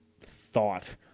thought